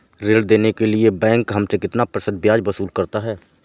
ऋण देने के लिए बैंक हमसे कितना प्रतिशत ब्याज वसूल करता है?